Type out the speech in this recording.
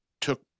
took